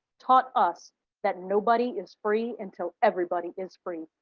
taught us that nobody is free until everybody is free.